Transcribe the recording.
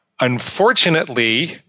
Unfortunately